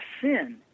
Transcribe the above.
sin